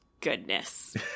Goodness